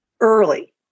early